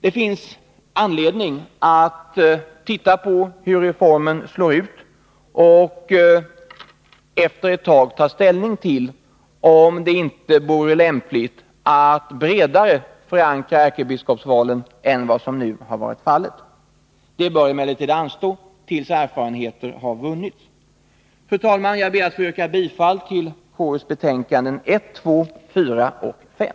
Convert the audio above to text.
Det finns anledning att titta på hur reformen slår ut och efter ett tag ta ställning till om det inte vore lämpligt att bredare förankra ärkebiskopsvalen än vad som nu har varit fallet. Fru talman! Jag ber att få yrka bifall till konstitutionsutskottets hemställan i betänkandena 1, 2, 4 och 5.